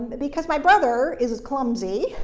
because my brother is is clumsy,